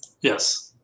Yes